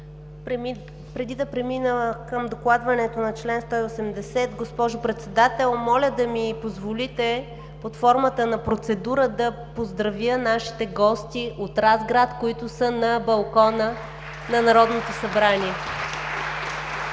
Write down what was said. Преди да премина към докладването на чл. 180, госпожо Председател, моля да ми позволите под формата на процедура да поздравя нашите гости от Разград, които са на балкона на Народното събрание.